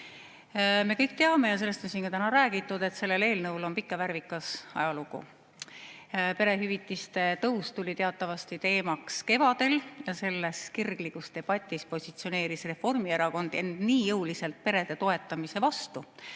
Me kõik teame ja sellest on siin täna ka räägitud, et sellel eelnõul on pikk ja värvikas ajalugu. Perehüvitiste tõus tuli teatavasti teemaks kevadel. Selles kirglikus debatis positsioneeris Reformierakond end nii jõuliselt perede toetamise vastu,